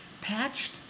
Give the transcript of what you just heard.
patched